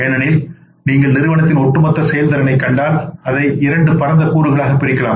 ஏனெனில் நீங்கள் நிறுவனத்தின் ஒட்டுமொத்த செயல்திறனைக் கண்டால் அதை இரண்டு பரந்த கூறுகளாகப் பிரிக்கலாம்